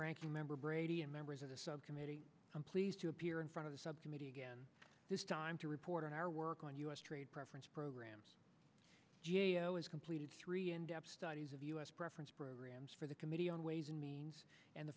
ranking member brady and members of the subcommittee i'm pleased to appear in front of the subcommittee again this time to report on our work on u s trade preference programs g a o is completed three in depth studies of u s preference programs for the committee on ways and means and the